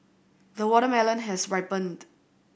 the watermelon has ripened